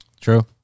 True